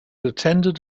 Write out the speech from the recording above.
attended